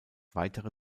weitere